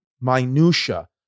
minutia